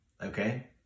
Okay